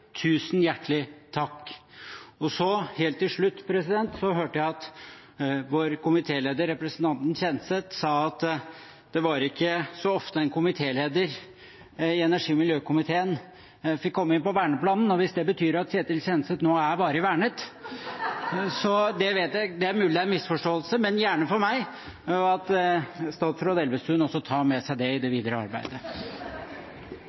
Tusen hjertelig takk! Helt til slutt: Jeg hørte at komitélederen vår, representanten Ketil Kjenseth, sa at det ikke var så ofte en komitéleder i energi- og miljøkomiteen fikk komme inn på verneplanen. Hvis det betyr at Ketil Kjenseth nå er varig vernet – det er mulig at det er en misforståelse, men gjerne for meg – er det i så fall fint om statsråd Elvestuen også tar med seg det i det